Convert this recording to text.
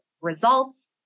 results